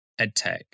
edtech